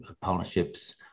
partnerships